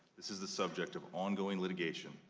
this is a subject of ongoing litigation.